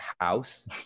house